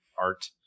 art